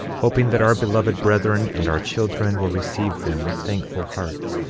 hoping that our beloved brethren and our children will receive them with thankful hearts,